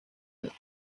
note